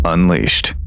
Unleashed